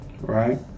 Right